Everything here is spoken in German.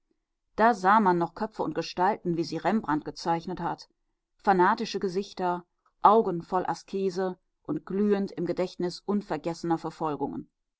da sah man noch köpfe und gestalten wie sie rembrandt gezeichnet hat fanatische gesichter augen voll askese und glühend im gedächtnis unvergessener verfolgungen